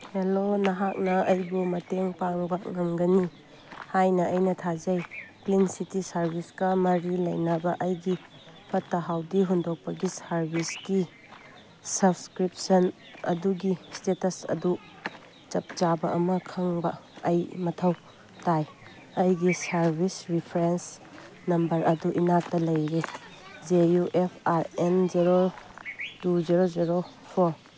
hello ꯅꯍꯥꯛꯅ ꯑꯩꯕꯨ ꯃꯇꯦꯡ ꯄꯥꯡꯕ ꯉꯝꯒꯅꯤ ꯍꯥꯏꯅ ꯑꯩꯅ ꯊꯥꯖꯩ ꯀ꯭ꯂꯤꯟ ꯁꯤꯇꯤ ꯁꯥꯔꯚꯤꯁꯀ ꯃꯔꯤ ꯂꯩꯅꯕ ꯑꯩꯒꯤ ꯐꯠꯇ ꯍꯥꯎꯗꯤ ꯍꯨꯟꯗꯣꯛꯄꯒꯤ ꯁꯔꯚꯤꯁꯀꯤ ꯁꯞꯁꯀ꯭ꯔꯤꯞꯁꯟ ꯑꯗꯨꯒꯤ ꯏꯁꯇꯦꯇꯁ ꯑꯗꯨ ꯆꯞ ꯆꯥꯕ ꯑꯃ ꯈꯪꯕ ꯑꯩ ꯃꯊꯧ ꯇꯥꯏ ꯑꯩꯒꯤ ꯁꯔꯚꯤꯁ ꯔꯤꯐ꯭ꯔꯦꯟꯁ ꯅꯝꯕꯔ ꯑꯗꯨ ꯏꯅꯥꯛꯇ ꯂꯩꯔꯤ J U F R N zero two zero zero four